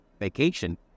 vacation